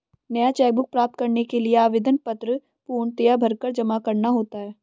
नया cheque book प्राप्त करने के लिए आवेदन पत्र पूर्णतया भरकर जमा करना होता है